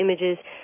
images